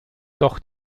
doch